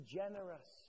generous